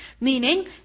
Meaning